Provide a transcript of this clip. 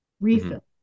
refill